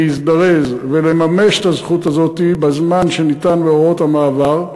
להזדרז ולממש את הזכות הזאת בזמן שניתן בהוראות המעבר,